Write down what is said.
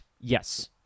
yes